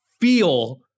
feel